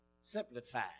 simplified